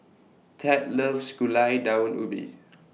Tad loves Gulai Daun Ubi